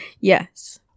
Yes